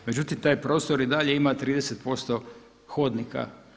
Međutim taj prostor i dalje ima 30% hodnika.